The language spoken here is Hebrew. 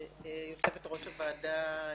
יושבת-ראש הוועדה,